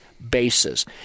bases